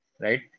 right